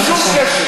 בבקשה.